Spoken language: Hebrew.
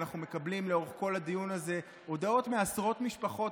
אנחנו מקבלים לאורך כל הדיון הזה הודעות מעשרות משפחות